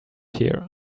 here